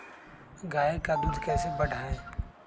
गाय का दूध कैसे बढ़ाये?